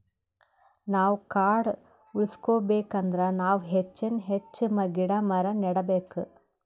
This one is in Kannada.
ನಾವ್ ಕಾಡ್ ಉಳ್ಸ್ಕೊಬೇಕ್ ಅಂದ್ರ ನಾವ್ ಹೆಚ್ಚಾನ್ ಹೆಚ್ಚ್ ಗಿಡ ಮರ ನೆಡಬೇಕ್